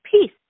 peace